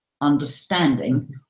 understanding